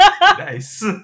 Nice